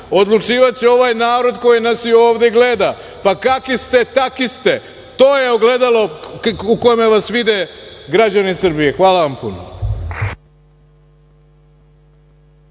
odlučivaće ovaj narod koji nas i ovde gleda, pa kakvi ste takvi ste to je ogledalo u kojem vas vide građani Srbije. Hvala vam puno.